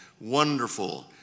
wonderful